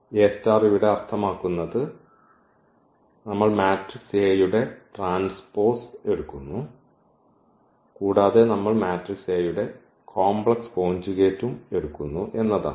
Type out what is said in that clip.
A ഇവിടെ അർത്ഥമാക്കുന്നത് നമ്മൾ മാട്രിക്സ് A യുടെ ട്രാൻസ്പോർട്ട് എടുക്കുന്നു കൂടാതെ നമ്മൾ മാട്രിക്സ് A യുടെ കോംപ്ലക്സ് കോഞ്ചുഗേറ്റും എടുക്കുന്നു എന്നാണ്